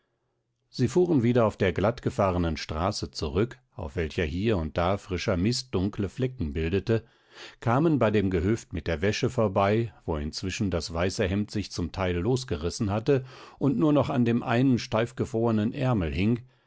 sie fuhren wieder auf der glatt gefahrenen straße zurück auf welcher hier und da frischer mist dunkle flecke bildete kamen bei dem gehöft mit der wäsche vorbei wo inzwischen das weiße hemd sich zum teil losgerissen hatte und nur noch an dem einen steif gefrorenen ärmel hing